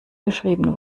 geschrieben